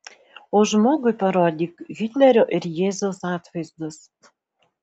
o žmogui parodyk hitlerio ir jėzaus atvaizdus